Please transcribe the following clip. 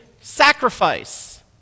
sacrifice